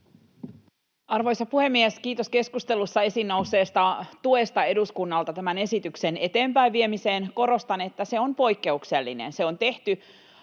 Arvoisa puhemies! Kiitos keskustelussa esiin nousseesta tuesta eduskunnalta tämän esityksen eteenpäinviemiseen. Korostan, että se on poikkeuksellinen. Se on tehty